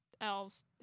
elves